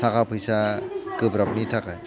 थाखा फैसा गोब्राबनि थाखाय